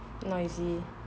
noisy